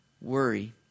worry